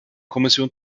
kommission